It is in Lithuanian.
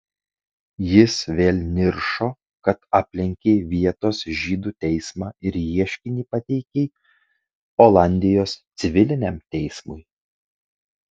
jis vėl niršo kad aplenkei vietos žydų teismą ir ieškinį pateikei olandijos civiliniam teismui